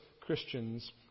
Christians